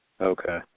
okay